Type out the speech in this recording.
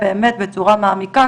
באמת בצורה מעמיקה,